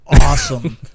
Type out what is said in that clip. awesome